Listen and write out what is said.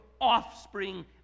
offspring